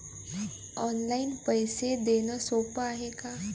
Online पैसे देण सोप हाय का?